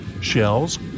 Shells